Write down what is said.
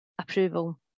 approval